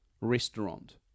restaurant